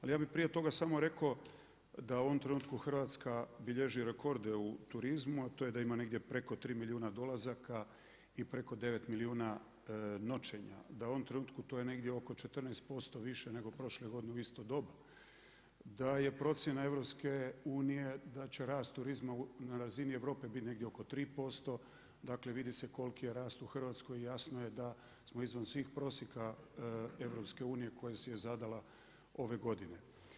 Ali ja bih prije toga samo rekao da u ovom trenutku Hrvatska bilježi rekorde u turizmu, a to je da ima negdje preko tri milijuna dolazaka i preko devet milijuna noćenja, da je to u ovom trenutku negdje oko 14% više nego prošle godine u isto doba, da je procjena EU da će rast turizma na razine Europe biti oko 3%, dakle vidi se koliki je rast u Hrvatskoj i jasno je da smo iznad svih prosjeka EU koja si je zadala ove godine.